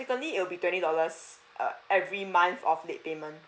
it will be twenty dollars err) every month of late payment